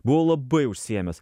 buvau labai užsiėmęs